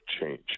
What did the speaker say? change